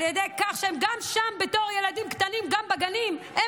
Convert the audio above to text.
על ידי כך שגם כילדים קטנים בגנים הם